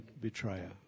betrayer